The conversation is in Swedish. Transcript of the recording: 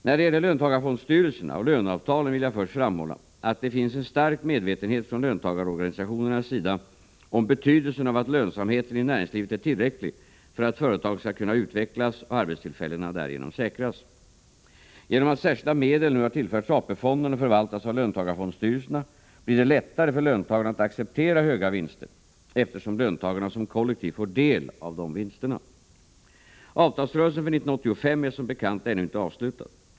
När det gäller löntagarfondstyrelserna och löneavtalen vill jag först framhålla att det finns en stark medvetenhet från löntagarorganisationernas sida om betydelsen av att lönsamheten i näringslivet är tillräcklig för att företagen skall kunna utvecklas och arbetstillfällena därigenom säkras. Genom att särskilda medel nu har tillförts AP-fonden och förvaltas av löntagarfondstyrelserna blir det lättare för löntagarna att acceptera höga vinster, eftersom löntagarna som kollektiv får del av dessa vinster. Avtalsrörelsen för 1985 är som bekant ännu inte avslutad.